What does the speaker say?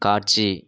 காட்சி